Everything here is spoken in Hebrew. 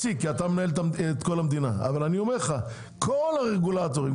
במקום שכל הרגולטורים,